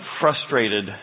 frustrated